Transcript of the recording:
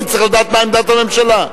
אני צריך לדעת מה עמדת הממשלה.